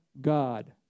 God